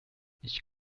ich